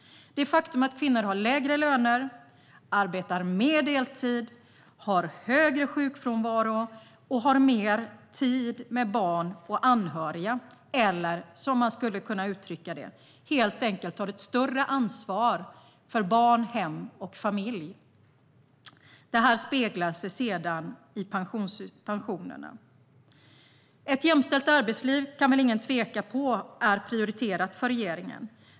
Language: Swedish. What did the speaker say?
Det faktum att kvinnor har lägre löner, arbetar mer deltid, har högre sjukfrånvaro och ägnar mer tid åt barn och anhöriga - eller, som man också skulle kunna uttrycka det, helt enkelt tar större ansvar för barn, hem och familj - speglas i pensionerna. Att ett jämställt arbetsliv är prioriterat för regeringen kan väl ingen tvivla på.